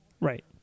right